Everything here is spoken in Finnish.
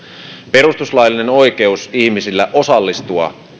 perustuslaillinen oikeus ihmisillä osallistua